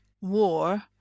war